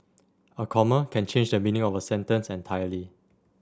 a comma can change the meaning of a sentence entirely